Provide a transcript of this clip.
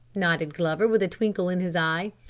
nodded glover with a twinkle in his eye.